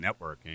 networking